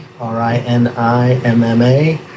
R-I-N-I-M-M-A